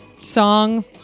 song